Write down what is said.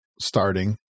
starting